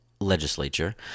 legislature